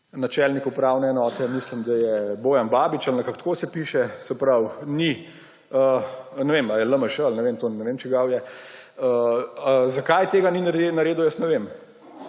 načelnik upravne enote, mislim, da je Bojan Babič ali nekako tako se piše, se pravi, ne vem ali je LMŠ, to ne vem, čigav je, zakaj tega ni naredil, jaz ne vem.